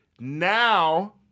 Now